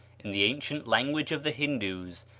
in the ancient language of the hindoos,